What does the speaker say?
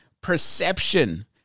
perception